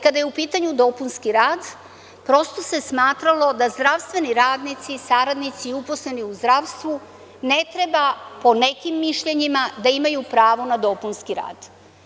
Kada je u pitanju dopunski rad, prosto se smatralo da zdravstveni radnici, saradnici, uposleni u zdravstvu ne treba, po nekim mišljenjima, da imaju pravo na dopunski rad.